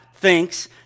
thinks